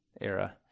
era